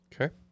Okay